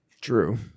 True